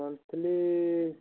monthly